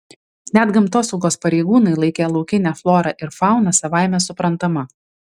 net gamtosaugos pareigūnai laikė laukinę florą ir fauną savaime suprantama